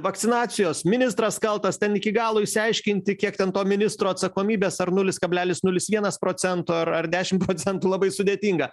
vakcinacijos ministras kaltas ten iki galo išsiaiškinti kiek ten to ministro atsakomybės ar nulis kablelis nulis vienas procento ar ar dešim procentų labai sudėtinga